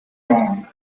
wrong